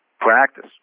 practice